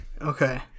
Okay